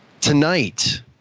Tonight